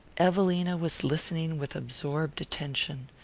evelina was listening with absorbed attention.